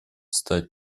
стать